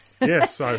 Yes